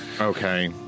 Okay